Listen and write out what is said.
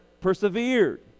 persevered